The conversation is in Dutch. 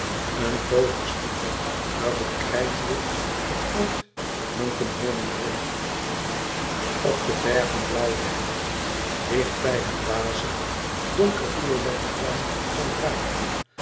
een tooverspiegel waarop krijtwit het fort munkenholm dreef op de bergen blauwde het dichtbij het wazige donkerviolette blauw van druiven